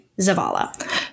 Zavala